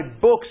books